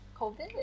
COVID